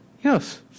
yes